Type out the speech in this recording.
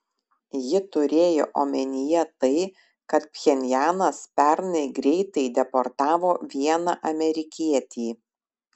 ji turėjo omenyje tai kad pchenjanas pernai greitai deportavo vieną amerikietį